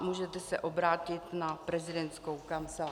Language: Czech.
Můžete se obrátit na prezidentskou kancelář.